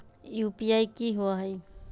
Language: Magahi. यू.पी.आई कि होअ हई?